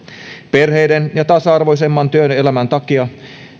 perheiden ja tasa arvoisemman työelämän takia